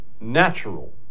natural